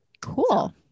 cool